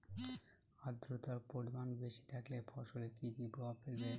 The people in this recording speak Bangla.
আদ্রর্তার পরিমান বেশি থাকলে ফসলে কি কি প্রভাব ফেলবে?